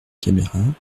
caméras